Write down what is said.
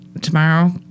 tomorrow